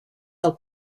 del